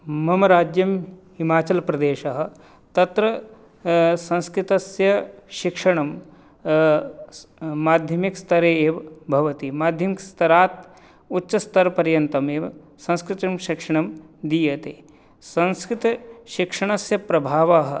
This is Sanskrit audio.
मम राज्यं हिमाचलप्रदेशः तत्र संस्कृतस्य शिक्षणं माध्यमिकस्तरे एव भवति माध्यमिकस्तरात् उच्चस्तरपर्यन्तं एव संस्कृचुं शिक्षणं दीयते संस्कृतशिक्षणस्य प्रभावः